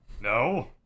No